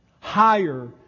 higher